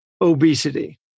obesity